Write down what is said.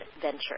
venture